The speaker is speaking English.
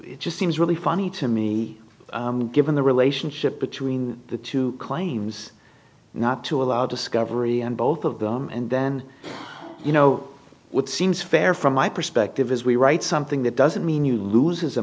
it just seems really funny to me given the relationship between the two claims not to allow discovery and both of them and then you know what seems fair from my perspective is we write something that doesn't mean you lose is a